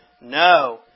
No